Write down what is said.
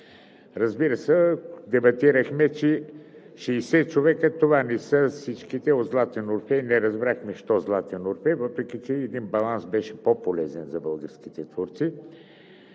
Разбира се, дебатирахме, че 60 човека – това не са всичките от „Златният Орфей“. Не разбрахме защо „Златният Орфей“, въпреки че един баланс беше по-полезен за българските творци